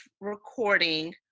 recording